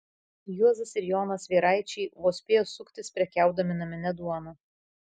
juozas ir jonas vieraičiai vos spėjo suktis prekiaudami namine duona